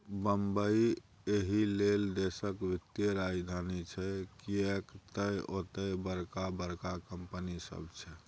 बंबई एहिलेल देशक वित्तीय राजधानी छै किएक तए ओतय बड़का बड़का कंपनी सब छै